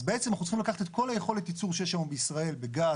אז בעצם אנחנו צריכים לקחת את כל יכולת הייצור שיש היום בישראל בגז,